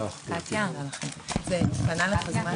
בשעה